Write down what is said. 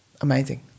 Amazing